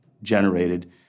generated